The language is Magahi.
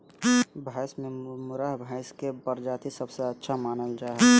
भैंस में मुर्राह भैंस के प्रजाति सबसे अच्छा मानल जा हइ